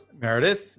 Meredith